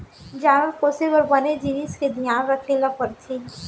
जानवर पोसे बर बने जिनिस के धियान रखे ल परथे